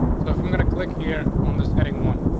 so if i'm gonna click here on this heading one,